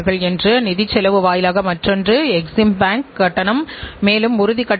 எனவே நிர்வாக கட்டுப்பாட்டு அமைப்பை செயல்படுத்துவது கடினம்